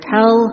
Tell